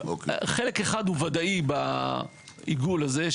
חלק אחד הוא ודאי בעיגול הזה,